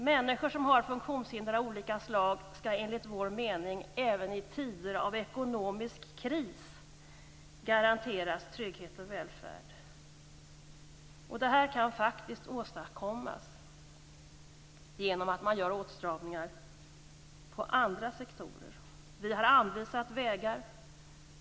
Människor som har funktionshinder av olika slag skall enligt vår mening även i tider av ekonomisk kris garanteras trygghet och välfärd. Detta kan faktiskt åstadkommas genom att man gör åtstramningar i andra sektorer. Vi har anvisat vägar.